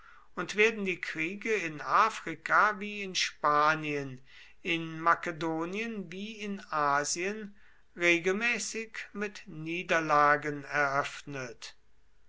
und werden die kriege in afrika wie in spanien in makedonien wie in asien regelmäßig mit niederlagen eröffnet